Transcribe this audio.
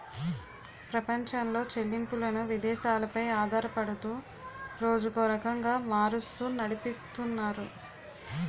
ప్రపంచంలో చెల్లింపులను విదేశాలు పై ఆధారపడుతూ రోజుకో రకంగా మారుస్తూ నడిపితున్నారు